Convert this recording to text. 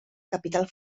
capital